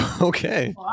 okay